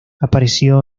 apareció